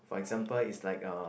for example it's like uh